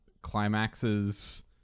climaxes